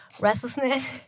Restlessness